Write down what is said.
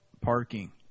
parking